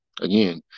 Again